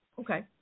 Okay